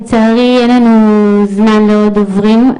לצערי אין לנו זמן לדוברים.